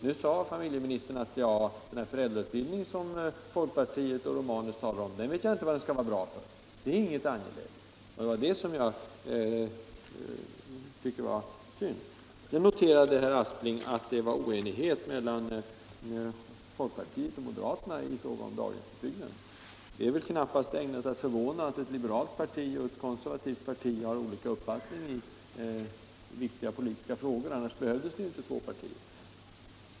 Nu sade familjeministern: Ja, den där föräldrautbildningen, som folkpartiet och herr Romanus talar om, vet jag inte vad den skall vara bra för — det är ju ingenting angeläget. Det var det som jag tyckte var beklagligt. Sedan noterade herr Aspling att det rådde oenighet mellan folkpartiet och moderaterna i fråga om daghemsutbyggnaden. Det är väl knappast ägnat att förvåna att ett liberalt parti och ett konservativt parti har olika uppfattningar i viktiga politiska frågor. Annars behövdes det ju inte två partier.